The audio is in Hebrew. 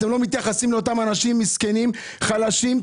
אתם לא מתייחסים לאנשים המסכנים והחלשים.